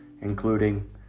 including